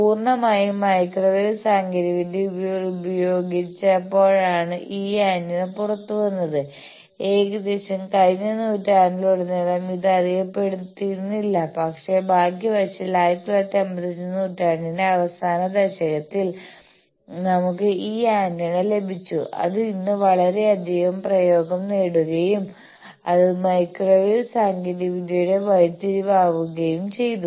പൂർണ്ണമായും മൈക്രോവേവ് സാങ്കേതികവിദ്യ പ്രയോഗിച്ചപ്പോഴാണ് ഈ ആന്റിന പുറത്തുവന്നത് ഏകദേശം കഴിഞ്ഞ നൂറ്റാണ്ടിലുടനീളം ഇത് അറിയപ്പെട്ടിരുന്നില്ല പക്ഷേ ഭാഗ്യവശാൽ 1995 നൂറ്റാണ്ടിന്റെ അവസാന ദശകത്തിൽ നമ്മൾക്ക് ഈ ആന്റിന ലഭിച്ചു അത് ഇന്ന് വളരെയധികം പ്രയോഗം നേടുകയും അത് മൈക്രോവേവ് സാങ്കേതികവിദ്യയുടെ വഴിതിരിവാക്കുകയും ചെയ്തു